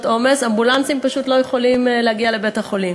עומס אמבולנסים פשוט לא יכולים להגיע לבית-החולים.